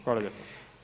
Hvala lijepo.